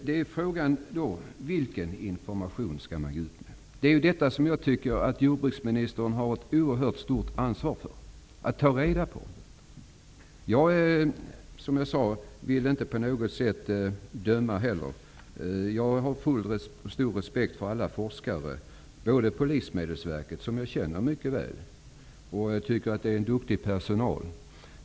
Fru talman! Frågan är vilken information man skall gå ut med. Jag tycker att jordbruksministern har ett oerhört stort ansvar för att ta reda på hur det förhåller sig. Jag vill inte på något sätt döma ut någon. Jag har stor respekt för alla forskare på Livsmedelsverket som jag känner mycket väl. Jag tycker att det där finns en duktig personal.